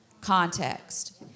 context